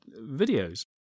videos